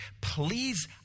please